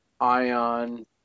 Ion